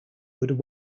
would